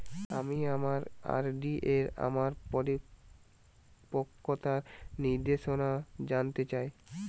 আমি আমার আর.ডি এর আমার পরিপক্কতার নির্দেশনা জানতে চাই